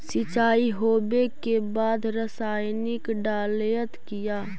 सीचाई हो बे के बाद रसायनिक डालयत किया?